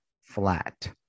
flat